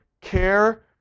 care